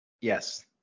Yes